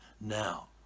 now